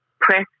press